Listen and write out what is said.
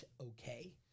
okay